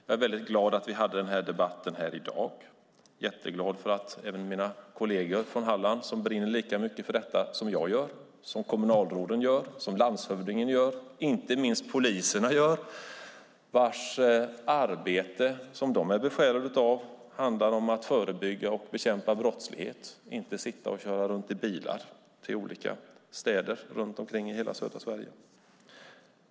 Jag är glad att vi har haft debatten i dag och att även mina kolleger från Halland som brinner lika mycket för detta som jag gör har deltagit, och de brinner lika mycket som kommunalråden, landshövdingen och inte minst poliserna gör. Det arbete poliserna är besjälade av handlar om att förebygga och bekämpa brottslighet, inte köra runt i bilar till olika städer i hela södra Sverige.